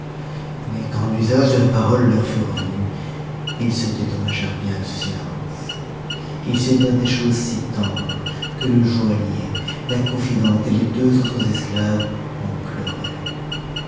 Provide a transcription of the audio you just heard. mais quand l'usage de la parole leur fut revenu ils se dédommagèrent bien de ce silence ils se dirent des choses si tendres que le joaillier la confidente et les deux autres esclaves en